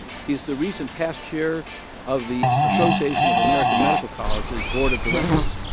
he's the recent past chair of the association of american medical colleges board of directors,